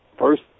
First